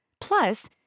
Plus